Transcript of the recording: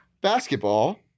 Basketball